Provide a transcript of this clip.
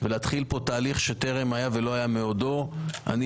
ולהתחיל פה תהליך שטרם היה, שלא היה מעודו.